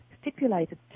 stipulated